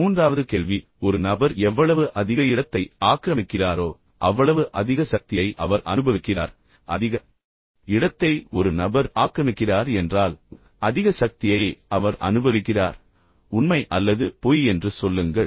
மூன்றாவது கேள்வி ஒரு நபர் எவ்வளவு அதிக இடத்தை ஆக்கிரமிக்கிறாரோ அவ்வளவு அதிக சக்தியை அவர் அனுபவிக்கிறார் அதிக இடத்தை ஒரு நபர் ஆக்கிரமிக்கிறார் என்றால் அதிக சக்தியை அவர் அனுபவிக்கிறார் உண்மை அல்லது பொய் என்று சொல்லுங்கள்